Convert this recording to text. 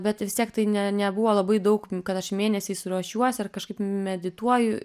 bet vis tiek tai ne nebuvo labai daug kad aš mėnesiais ruošiuosi ar kažkaip medituoju